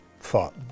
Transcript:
thought